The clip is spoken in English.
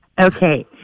Okay